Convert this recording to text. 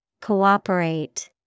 Cooperate